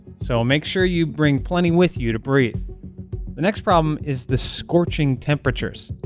so make sure you bring plenty with you to breathe. the next problem is the scorching temperatures,